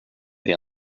det